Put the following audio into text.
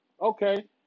Okay